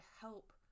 help